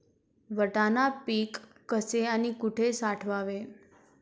वाटाणा पीक कसे आणि कुठे साठवावे?